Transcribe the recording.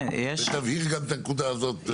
תבהיר גם את הנקודה הזאת.